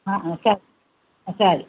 ஆ ஆ சரி ஆ சரி